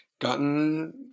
gotten